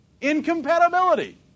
Incompatibility